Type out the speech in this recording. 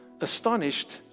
astonished